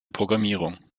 programmierung